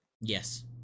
Yes